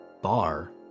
bar